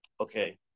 Okay